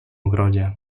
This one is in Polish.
ogrodzie